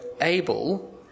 able